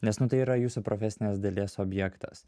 nes nu tai yra jūsų profesinės dalies objektas